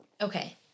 Okay